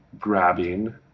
grabbing